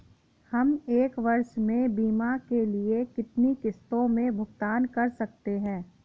हम एक वर्ष में बीमा के लिए कितनी किश्तों में भुगतान कर सकते हैं?